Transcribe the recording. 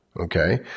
okay